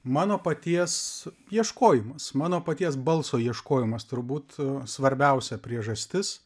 mano paties ieškojimas mano paties balso ieškojimas turbūt svarbiausia priežastis